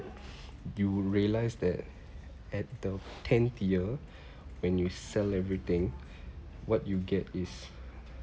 you realise that at the tenth year when you sell everything what you get is